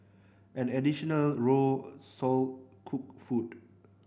an additional row sold cooked food